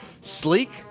Sleek